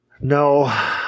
No